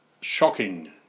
shocking